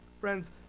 Friends